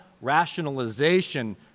rationalization